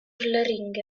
ring